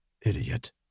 Idiot